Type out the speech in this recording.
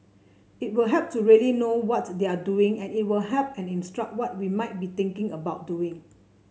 it will help to really know what they are doing and it'll help and instruct what we might be thinking about doing